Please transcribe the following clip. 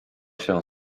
się